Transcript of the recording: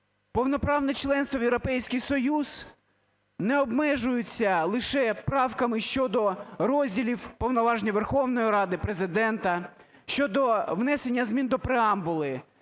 Повноправне членство в Європейському Союзі не обмежується лише правками щодо розділів повноваження Верховної Ради, Президента, щодо внесення змін до Преамбули,